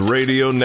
Radio